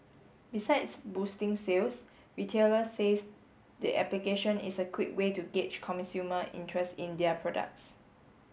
besides boosting sales retailers says the application is a quick way to gauge consumer interest in their products